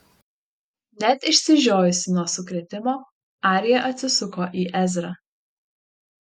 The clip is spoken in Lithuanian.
net išsižiojusi nuo sukrėtimo arija atsisuko į ezrą